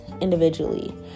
individually